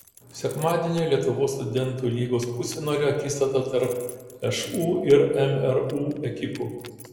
sekmadienį lietuvos studentų lygos pusfinalio akistata tarp šu ir mru ekipų